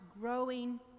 growing